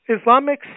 Islamic